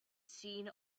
seen